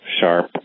sharp